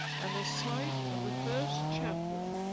and the site of the first chapel,